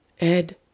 Ed